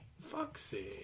Foxy